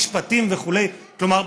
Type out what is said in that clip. משפטים וכו' כלומר,